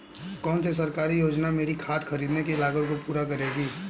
कौन सी सरकारी योजना मेरी खाद खरीदने की लागत को पूरा करेगी?